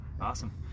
awesome